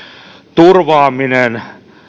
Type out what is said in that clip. turvaaminen